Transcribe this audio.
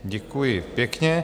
Děkuji pěkně.